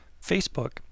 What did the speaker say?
Facebook